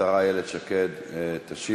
השרה איילת שקד תשיב,